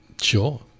Sure